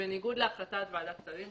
בניגוד להחלטת ועדת שרים.